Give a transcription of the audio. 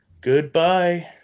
goodbye